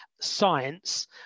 science